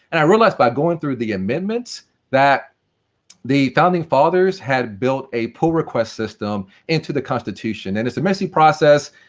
and i realised by going through the amendments that the founding fathers had built a pull request system into the constitution. and it's a messy process,